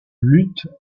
lutte